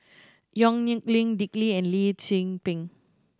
Yong Nyuk Lin Dick Lee and Lee Tzu Pheng